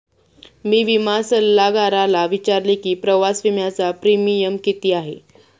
मी विमा सल्लागाराला विचारले की प्रवास विम्याचा प्रीमियम किती आहे?